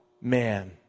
man